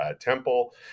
Temple